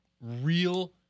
real